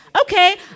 Okay